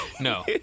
No